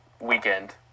weekend